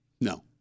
No